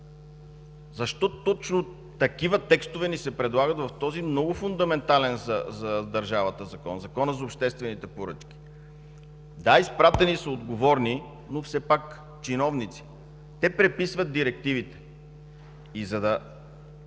Защо точно такива текстове ни се предлагат в този много фундаментален за държавата закон – Законът за обществените поръчки? Да, изпратени са отговорни, но все пак чиновници. Те преписват директивите. В този